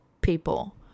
people